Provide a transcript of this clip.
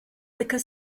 liquor